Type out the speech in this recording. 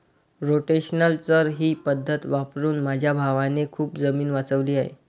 rotational चर ही पद्धत वापरून माझ्या भावाने खूप जमीन वाचवली आहे